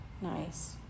nice